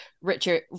Richard